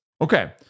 Okay